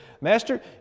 Master